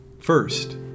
First